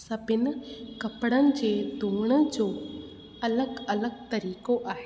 सभिनि कपिड़नि जे धुअण जो अलॻि अलॻि तरीक़ो आहे